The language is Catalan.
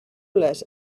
les